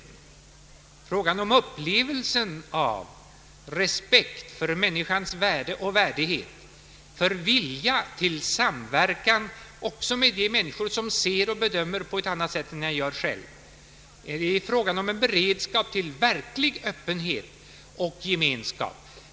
Det är fråga om upplevelsen av respekt för människans värde och värdighet, för vilja till samverkan också med de människor som ser och bedömer på ett annat sätt än jag gör själv. Det är fråga om en beredskap till verklig öppenhet och gemenskap.